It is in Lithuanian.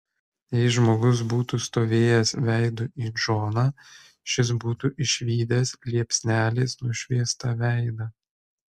jei žmogus būtų stovėjęs veidu į džoną šis būtų išvydęs liepsnelės nušviestą veidą